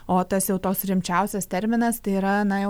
o tas jau toks rimčiausias terminas tai yra na jau